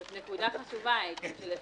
זאת נקודה חשובה, איתן.